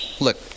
Look